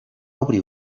obrir